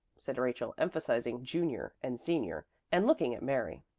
said rachel, emphasizing junior and senior and looking at mary.